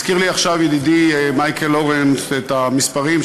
הזכיר לי עכשיו ידידי מייקל אורן את המספרים,